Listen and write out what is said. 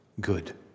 good